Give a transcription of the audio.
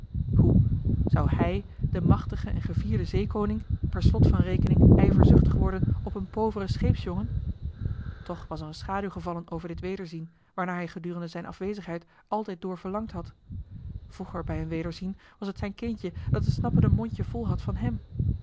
hoe zou hij de machtige en gevierde zeekoning per slot van rekening ijverzuchtig worden op een poveren scheepsjongen toch was er een schaduw gevallen over dit wederzien waarnaar hij gedurende zijn afwezigheid altijd door verlangd had vroeger bij een wederzien was het zijn kindje dat het snappende mondje vol had van hèm